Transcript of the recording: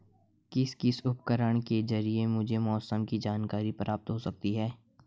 किस किस उपकरण के ज़रिए मुझे मौसम की जानकारी प्राप्त हो सकती है?